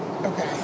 Okay